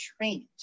trained